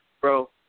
Bro